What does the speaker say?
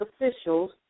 officials